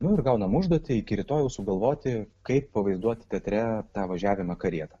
nu ir gaunam užduotį iki rytojaus sugalvoti kaip pavaizduoti teatre tą važiavimą karieta